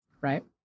Right